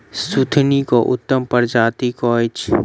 सुथनी केँ उत्तम प्रजाति केँ अछि?